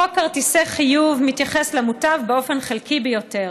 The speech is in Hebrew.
חוק כרטיסי חיוב מתייחס למוטב באופן חלקי ביותר.